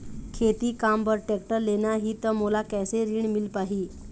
खेती काम बर टेक्टर लेना ही त मोला कैसे ऋण मिल पाही?